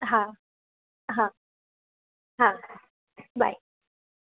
હા હા હા બાય